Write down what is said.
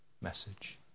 message